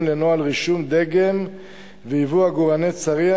לנוהל רישום דגם וייבוא עגורני צריח.